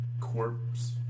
corpse